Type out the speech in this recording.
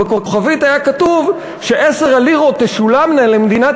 ובכוכבית היה כתוב ש-10 הלירות תשולמנה למדינת